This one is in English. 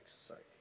society